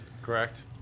correct